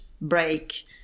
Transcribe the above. break